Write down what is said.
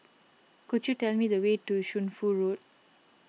could you tell me the way to Shunfu Road